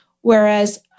Whereas